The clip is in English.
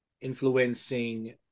influencing